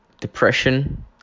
depression